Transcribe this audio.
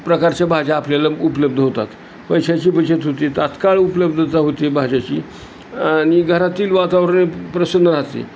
प्रकारच्या भाज्या आपल्याला उपलब्ध होतात पैशाची बचत होते तात्काळ उपलब्धता होते भाज्याची आणि घरातील वातावरण प्रसन्न राहते